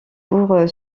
pour